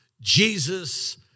Jesus